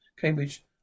Cambridge